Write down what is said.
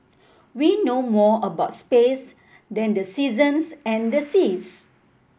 we know more about space than the seasons and the seas